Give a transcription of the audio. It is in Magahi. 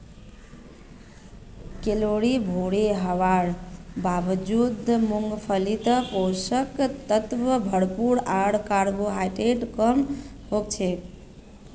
कैलोरी भोरे हवार बावजूद मूंगफलीत पोषक तत्व भरपूर आर कार्बोहाइड्रेट कम हछेक